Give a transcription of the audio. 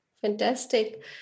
Fantastic